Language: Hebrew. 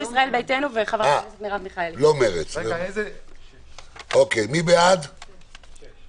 הסתייגות מס' 24. מי בעד ההסתייגות?